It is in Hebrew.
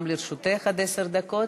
גם לרשותך עד עשר דקות.